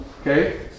Okay